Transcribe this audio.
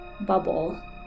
bubble